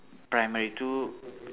primary two